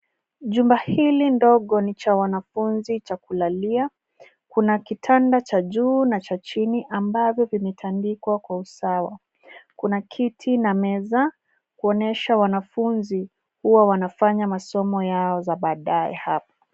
Jumba hili ndogo ni cha wanafunzi cha kulalia. Kuna kitanda cha juu na cha chini ambavyo vimetandikwa kwa usawa. Kuna kiti na meza kuonyesha wanafunzi huwa wanafanya masomo yao ya baadaye hapa.